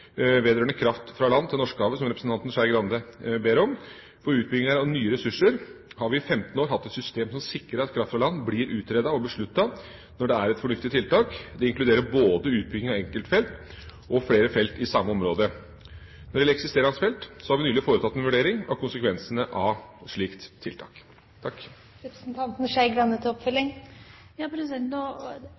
vedrørende kraft fra land til Norskehavet, som representanten Skei Grande ber om. For utbygginger av nye ressurser har vi i 15 år hatt et system som sikrer at kraft fra land blir utredet og besluttet når det er et fornuftig tiltak. Det inkluderer både utbygging av enkeltfelt og flere felt i samme område. Når det gjelder eksisterende felt, har vi nylig foretatt en vurdering av konsekvensene av et slikt tiltak. Jeg må innrømme at dette spørsmålet var stilt som et håndslag til